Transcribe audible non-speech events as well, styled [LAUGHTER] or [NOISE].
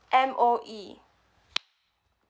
M_O_E [NOISE]